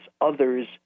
others